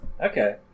Okay